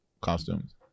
costumes